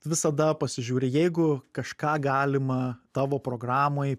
visada pasižiūri jeigu kažką galima tavo programoj